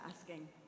asking